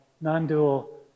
non-dual